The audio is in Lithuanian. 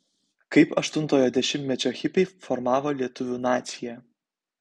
kaip aštuntojo dešimtmečio hipiai formavo lietuvių naciją